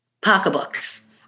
Pocketbooks